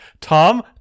tom